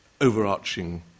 overarching